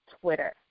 twitter